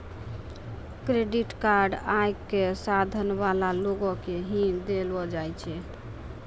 credit card आय क साधन वाला लोगो के ही दयलो जाय छै